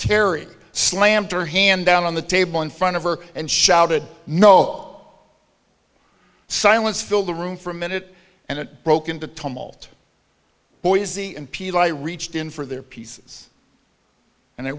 terri slammed her hand down on the table in front of her and shouted no silence filled the room for a minute and it broke into tumbled boise and pete i reached in for their pieces and i